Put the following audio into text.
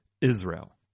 Israel